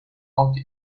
out